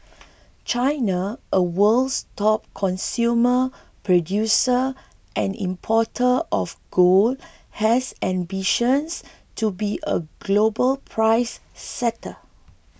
China a world's top consumer producer and importer of gold has ambitions to be a global price setter